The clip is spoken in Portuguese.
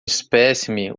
espécime